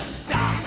stop